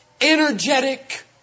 energetic